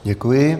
Děkuji.